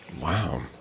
Wow